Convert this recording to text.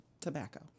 tobacco